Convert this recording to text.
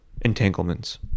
entanglements